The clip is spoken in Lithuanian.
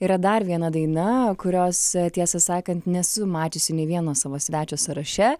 yra dar viena daina kurios tiesą sakant nesu mačiusi nei vieno savo svečio sąraše